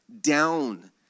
down